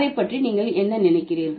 அதைப் பற்றி நீங்கள் என்ன நினைக்கிறீர்கள்